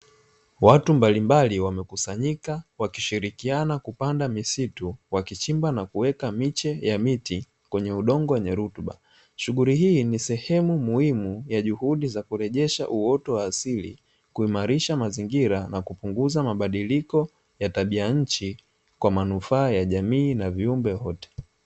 Watu mbalimbali wamekusanyika wakishirikiana kupanda misitu, wakichimba na kuweka miche ya miti kwenye udongo wenye rutuba. Shughuli hii ni sehemu muhimu ya juhudi za kurejesha uoto wa asili, kuimarisha mazingira na kupunguza mabadiliko ya tabia ya nchi kwa manufaa ya jamii na viumbe vyote.